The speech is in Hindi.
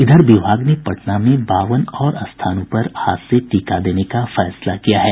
इधर विभाग ने पटना में बावन और स्थानों पर आज से टीका देने का फैसला किया है